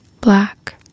black